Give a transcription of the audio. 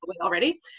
already